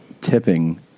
tipping